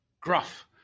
gruff